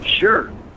Sure